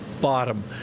bottom